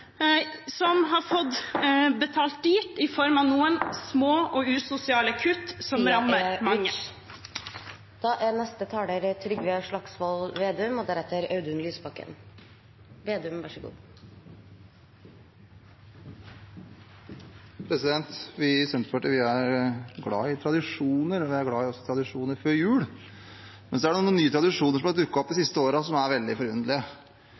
som har fått betalt dyrt i form av noen små og usosiale kutt som rammer mange. Vi i Senterpartiet er glad i tradisjoner. Vi er også glad i tradisjoner før jul, men det er noen nye tradisjoner som har dukket opp de siste årene, som er veldig forunderlige.